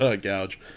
gouge